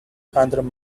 hundred